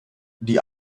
die